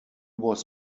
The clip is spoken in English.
was